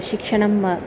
शिक्षणम्